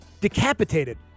decapitated